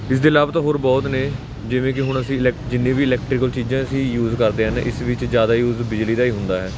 ਇਸ ਦੇ ਲਾਭ ਤਾਂ ਹੋਰ ਬਹੁਤ ਨੇ ਜਿਵੇਂ ਕਿ ਹੁਣ ਅਸੀਂ ਜਿੰਨੇ ਵੀ ਇਲੈਕਟਰੀਕਲ ਚੀਜ਼ਾਂ ਅਸੀਂ ਯੂਜ਼ ਕਰਦੇ ਹਨ ਇਸ ਵਿੱਚ ਜ਼ਿਆਦਾ ਯੂਜ਼ ਬਿਜਲੀ ਦਾ ਹੀ ਹੁੰਦਾ ਹੈ